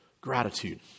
gratitude